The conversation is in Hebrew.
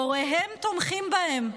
הוריהם תומכים בהם.